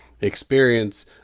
experience